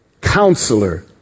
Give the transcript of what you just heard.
counselor